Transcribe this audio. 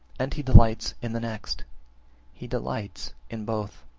and he delights in the next he delights in both.